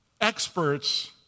experts